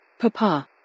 Papa